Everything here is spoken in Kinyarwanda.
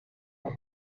ati